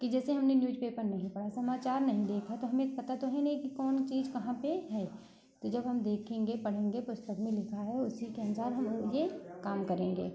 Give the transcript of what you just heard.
कि जैसे हमने न्यूज पेपर नहीं पढ़ा समाचार नहीं देखा तो हमें पता तो है नहीं कौन चीज कहाँ पे है तो जब हम देखेंगे पढ़ेंगे पुस्तक में लिखा है इसी के अनुसार हम लोग ये काम करेंगे